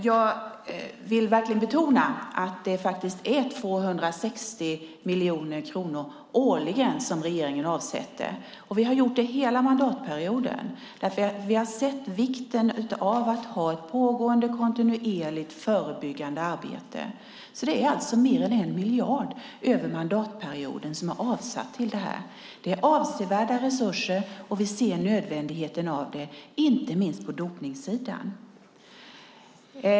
Jag vill verkligen betona att det är 260 miljoner kronor årligen som regeringen avsätter, och vi har gjort det hela mandatperioden. Vi har sett vikten av att ha ett kontinuerligt pågående förebyggande arbete. Det är alltså mer än 1 miljard över mandatperioden som är avsatt till detta. Det är avsevärda resurser, och vi ser nödvändigheten av det, inte minst på dopningssidan.